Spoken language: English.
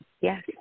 Yes